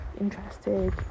interested